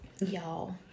Y'all